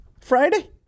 Friday